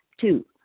Two